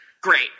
great